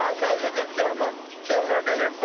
ladies and gentlemen, children and